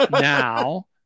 Now